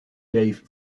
dave